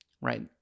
right